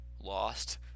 lost